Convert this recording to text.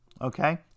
okay